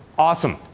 awesome.